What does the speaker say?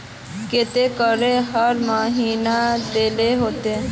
केते करके हर महीना देल होते?